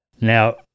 Now